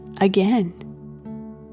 Again